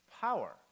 power